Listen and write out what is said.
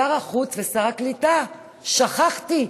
שר החוץ ושר הקליטה, שכחתי,